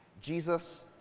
Jesus